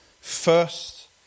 First